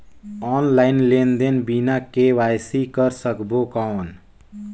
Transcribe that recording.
Online लेनदेन बिना KYC कर सकबो कौन??